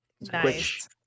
nice